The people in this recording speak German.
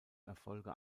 erfolge